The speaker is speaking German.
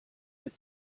mit